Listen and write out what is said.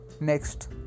next